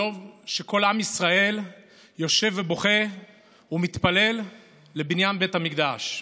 יום שכל עם ישראל יושב ובוכה ומתפלל לבניין בית המקדש.